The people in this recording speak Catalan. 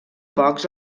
pocs